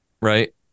right